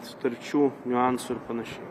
sutarčių niuansų ir panašiai